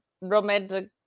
romantic